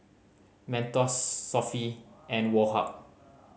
Mentos Sofy and Woh Hup